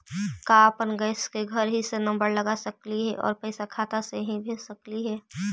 का अपन गैस के घरही से नम्बर लगा सकली हे और पैसा खाता से ही भेज सकली हे?